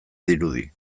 dirudi